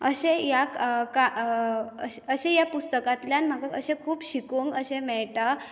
अशी ह्या पुस्तकांतल्यान अशें खूब शिकूंक अशी म्हाका मेळ्ळें